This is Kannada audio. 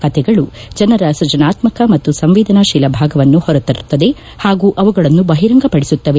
ಕತೆಗಳು ಜನರ ಸೃಜನಾತ್ಮಕ ಹಾಗೂ ಸಂವೇದನಾಶೀಲ ಭಾಗವನ್ನು ಹೊರತರುತ್ತದೆ ಮತ್ತು ಅವುಗಳನ್ನು ಬಹಿರಂಗಪದಿಸುತ್ತವೆ